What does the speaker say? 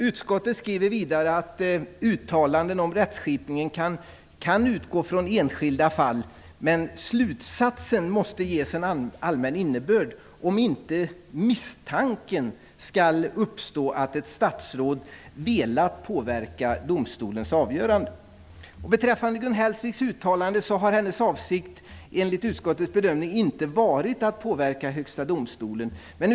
Utskottet skriver vidare: ''Uttalanden om rättsskipningen kan utgå från enskilda fall men slutsatsen måste ges en allmän innebörd om inte misstanken skall uppstå att ett statsråd velat påverka domstolarnas avgöranden.'' Beträffande Gun Hellsviks uttalande har hennes avsikt, enligt utskottets bedömning, inte varit att påverka Högsta domstolen.